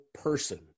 person